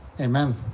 Amen